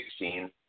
2016